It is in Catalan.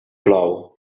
plou